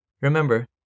remember